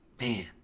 Man